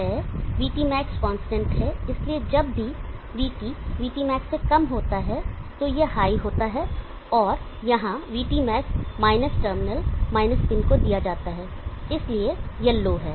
VTmax constant है इसलिए जब भी VT VTmax से कम होता है तो यह हाई होता है और यहां VTmax minus terminal minus pin को दिया जाता है इसलिए यह लो है